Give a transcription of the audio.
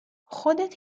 خودت